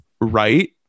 right